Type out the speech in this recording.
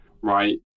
right